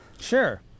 Sure